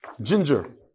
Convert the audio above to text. Ginger